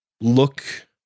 look